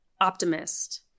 optimist